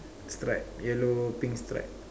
stripe yellow pink stripe